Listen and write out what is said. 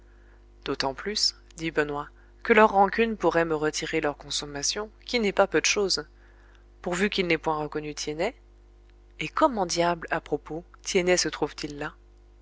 d'autant plus dit benoît que leur rancune pourrait me retirer leur consommation qui n'est pas peu de chose pourvu qu'ils n'aient point reconnu tiennet et comment diable à propos tiennet se trouve-t-il là